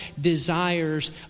desires